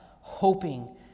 hoping